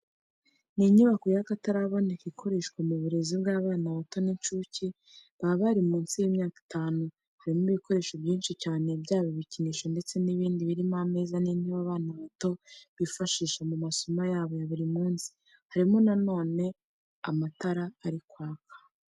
Ni inyubako y'akataraboneka ikoreshwa mu burezi bw'abana bato n'inshuke baba bari munsi y'imyaka itanu, harimo ibikoresho byinshi cyane byaba ibikinisho ndetse n'ibindi birimo ameza n'intebe abana bato bifashisha mu masomo yabo ya buri munsi, harimo na none amatara ari kwaka.